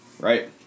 right